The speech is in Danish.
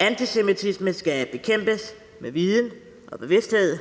Antisemitisme skal bekæmpes med viden og ved at være bevidst om det.